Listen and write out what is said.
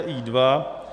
I2;